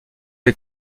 les